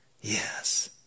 Yes